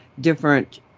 different